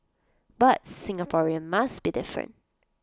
but Singapore must be different